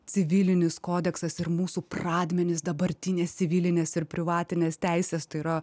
civilinis kodeksas ir mūsų pradmenys dabartinės civilinės ir privatinės teisės tai yra